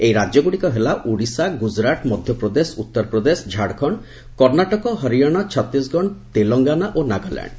ଏହି ରାଜ୍ୟଗ୍ରଡ଼ିକ ହେଲା ଓଡ଼ିଶା ଗୁଜୁରାଟ୍ ମଧ୍ୟପ୍ରଦେଶ ଉତ୍ତର ପ୍ରଦେଶ ଝାଡ଼ଖଣ୍ଡ କର୍ଷ୍ଣାଟକ ହରିୟାଣା ଛତିଶଗଡ଼ ତେଲଙ୍ଗାନା ଓ ନାଗାଲ୍ୟାଣ୍ଡ୍